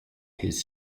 his